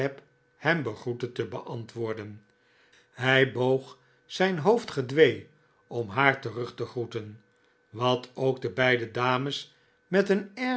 hem begroette te beantwoorden hij boog zijn hoofd gedwee om haar terug te groeten wat ook de beide dames met een air